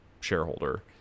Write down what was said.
shareholder